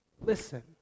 Listen